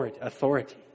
authority